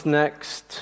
next